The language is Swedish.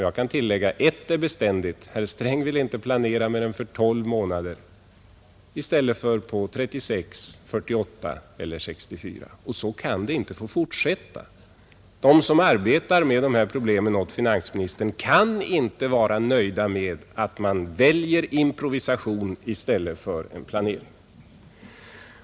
Jag kan tillägga: Ett är beständigt — herr Sträng vill inte planera mer än för 12 månader i stället för 36, 48 eller 64. Så kan det inte få fortsätta. De som arbetar med de här problemen åt finansministern kan inte vara nöjda med att man väljer improvisation i stället för en planering.